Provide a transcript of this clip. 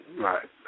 right